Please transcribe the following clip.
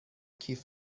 کیف